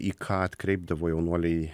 į ką atkreipdavo jaunuoliai